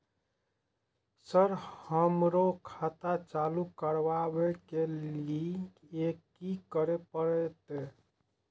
Sir हमरो खाता चालू करबाबे के ली ये की करें परते?